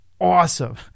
awesome